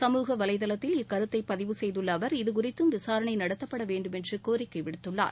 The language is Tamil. சமூக வலைதளத்தில் இக்கருத்தை பதிவு செய்துள்ள அவர் இது குறித்தும் விசாரணை நடத்தப்பட வேண்டுமென்று கோரிக்கை விடுத்துள்ளார்